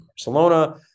Barcelona